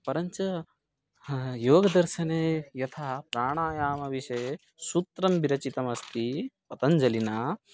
परं च योगदर्शने यथा प्राणायामविषये सूत्रं विरचितम् अस्ति पतञ्चलिना